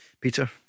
Peter